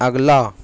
اگلا